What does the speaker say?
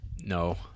No